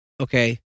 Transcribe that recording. Okay